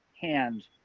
hand